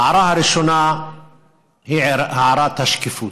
ההערה הראשונה היא הערת השקיפות.